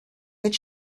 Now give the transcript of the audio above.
that